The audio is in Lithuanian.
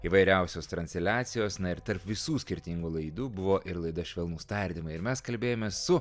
įvairiausios transiliacijos na ir tarp visų skirtingų laidų buvo ir laida švelnūs tardymai ir mes kalbėjomės su